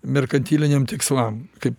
merkantiliniam tikslam kaip